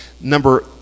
Number